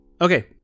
Okay